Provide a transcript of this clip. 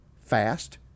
fast